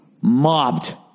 mobbed